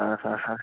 हा हा हा